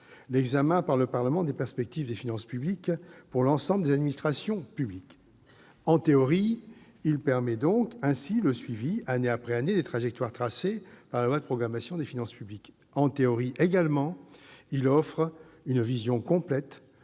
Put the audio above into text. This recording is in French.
l'examen par le Parlement des perspectives des finances publiques pour l'ensemble des administrations publiques. En théorie, il permet ainsi le suivi, année après année, des trajectoires tracées par la loi de programmation des finances publiques. En théorie également, il offre une vision complète